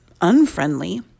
unfriendly